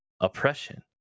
oppression